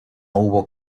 hubo